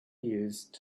used